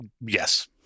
yes